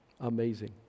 Amazing